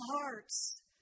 hearts